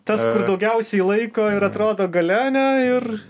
tas kur daugiausiai laiko ir atrodo gale ane ir